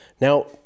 Now